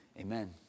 Amen